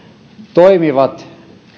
toimivat